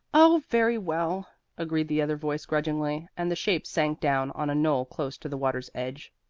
oh, very well, agreed the other voice grudgingly, and the shapes sank down on a knoll close to the water's edge.